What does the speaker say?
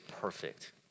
perfect